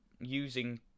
using